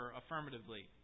affirmatively